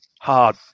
hard